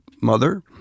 mother